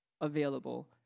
available